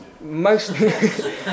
mostly